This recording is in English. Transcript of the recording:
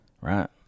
Right